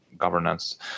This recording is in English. governance